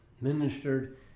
ministered